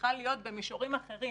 צריכה להיות במישורים אחרים,